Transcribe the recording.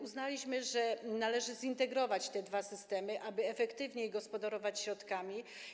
Uznaliśmy, że należy zintegrować te dwa systemy, aby efektywniej gospodarować środkami.